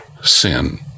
sin